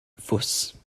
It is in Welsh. fws